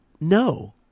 no